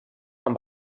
amb